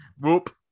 Whoop